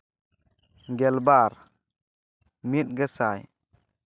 ᱜᱮᱞᱵᱟᱨ ᱢᱤᱫ ᱜᱮᱥᱟᱭ